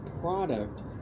product